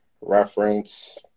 reference